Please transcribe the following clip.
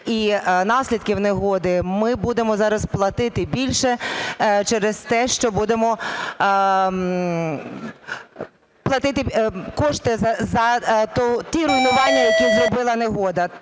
і наслідків негоди, ми будемо зараз платити більше через те, що будемо платити кошти за ті руйнування, які зробила негода.